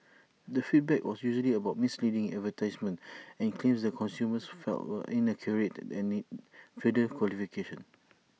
the feedback was usually about misleading advertisements and claims that consumers felt were inaccurate and needed further clarification